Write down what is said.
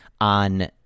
on